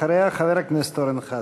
אחריה, חבר הכנסת אורן חזן.